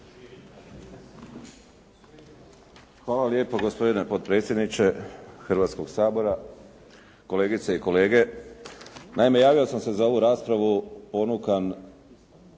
Hvala lijepo gospodine potpredsjedniče Hrvatskog sabora, kolegice i kolege. Naime, javio sam se za ovu raspravu ponukan